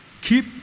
keep